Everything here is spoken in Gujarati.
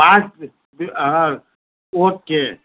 પાંચ હા ઓકે